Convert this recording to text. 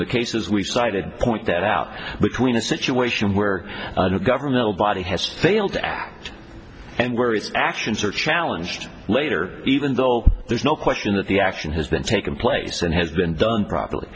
the cases we've cited point that out between a situation where governmental body has failed to act and where its actions are challenged later even though there's no question that the action has then taken place and has been done properly